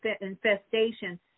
infestation